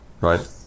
right